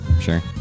sure